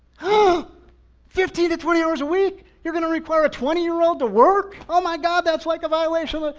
ah fifteen to twenty hours a week. you're going to require a twenty year old to work. oh my god. that's like a violation.